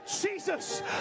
Jesus